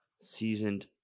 Seasoned